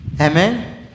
Amen